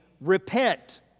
repent